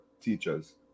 teachers